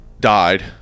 died